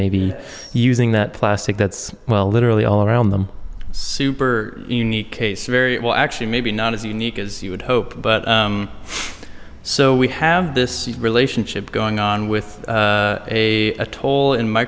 maybe using that plastic that's well literally all around them super unique case very well actually maybe not as unique as you would hope but so we have this relationship going on with a atoll in m